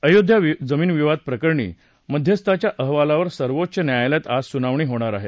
अयोध्या जमीन विवाद प्रकरणी मध्यस्थाच्या अहवालावर सर्वोच्च न्यायालयात आज सुनावणी होणार आहे